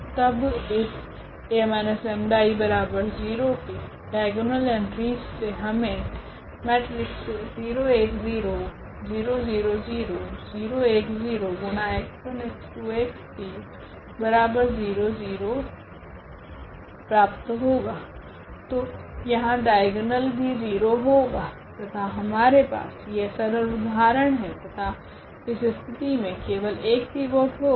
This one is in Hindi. तब इस A 𝜆I0 की डाइगोनल एंट्रीस से हमे तो यहा डाइगोनल भी 0 होगा तथा हमारे पास यह सरल उदाहरण है तथा इस स्थिति मे केवल 1 पिवोट होगा